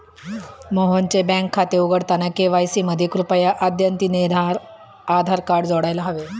मोहनचे बँक खाते उघडताना के.वाय.सी मध्ये कृपया अद्यतनितआधार कार्ड जोडायला हवे